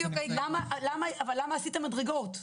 אבל למה עשיתם מדרגות?